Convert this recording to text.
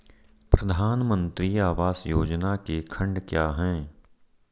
प्रधानमंत्री आवास योजना के खंड क्या हैं?